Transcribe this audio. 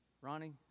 Ronnie